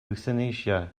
ewthanasia